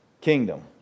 kingdom